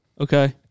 Okay